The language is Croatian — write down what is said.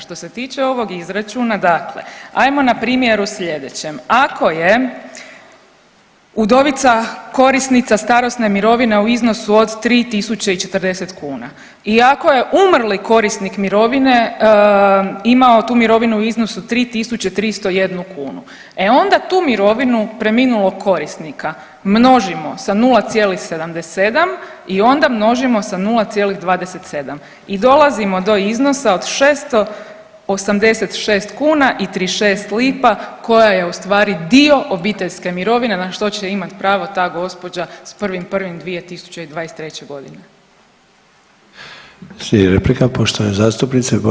Što se tiče ovog izračuna, dakle ajmo na primjeru sljedećem, ako je udovica korisnica starosne mirovine u iznosu od 3.040 kuna i ako je umrli korisnik mirovine imao tu mirovinu u iznosu 3.301 kunu e onda tu mirovinu preminulog korisnika množimo sa 0,77 i onda množimo sa 0,27 i dolazimo do iznosa od 686 kuna i 36 lipa koja je ustvari dio obiteljske mirovine na što će imat pravo ta gospođa s 1.1.2023.g.